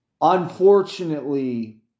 unfortunately